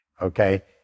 okay